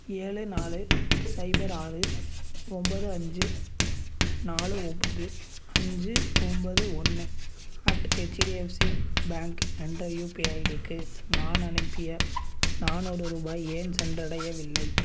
ஏ நாலு சைபர் ஆறு ஒன்போது அஞ்சு நாலு ஒன்போது அஞ்சு ஒன்போது ஒன்று அட் ஹெச்டிஎஃப்சி பேங்க் என்ற யுபிஐ ஐடிக்கு நான் அனுப்பிய நானூறு ரூபாய் ஏன் சென்றடையவில்லை